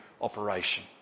operation